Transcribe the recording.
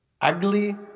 ugly